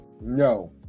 No